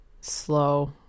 slow